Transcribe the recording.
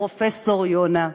פרופסור יוסי יונה,